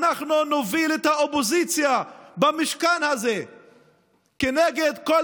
ואנחנו נוביל את האופוזיציה במשכן הזה כנגד כל